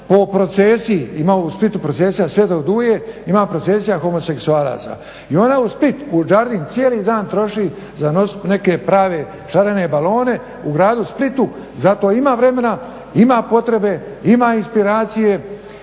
po procesiji, ima u Splitu procesija sv. Duje, ima procesija homoseksualaca. I ona u Split, u đardin, cijeli dan troši za nosit neke prave šarene balone u gradu Splitu, za to ima vremena, ima potrebe, ima inspiracije,